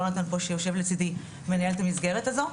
יונתן פה שיושב לצדי מנהל את המסגרת הזאת.